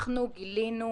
אנחנו גילינו